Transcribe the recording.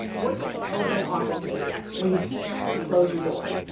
working in open office spaces where you can't close your door.